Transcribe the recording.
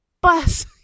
bus